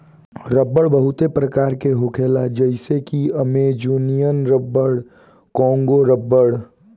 रबड़ बहुते प्रकार के होखेला जइसे कि अमेजोनियन रबर, कोंगो रबड़